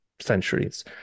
centuries